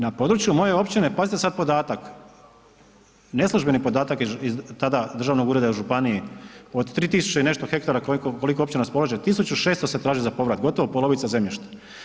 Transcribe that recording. Na području moje općine, pazite sada podatak, neslužbeni podatak iz tada Državnog ureda u županiji od 3000 i nešto hektara koliko općina raspolaže 1600 se traži za povrat, gotovo polovica zemljišta.